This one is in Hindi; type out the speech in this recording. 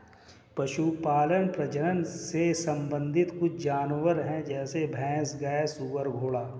पशुपालन प्रजनन से संबंधित कुछ जानवर है जैसे भैंस, गाय, सुअर, घोड़े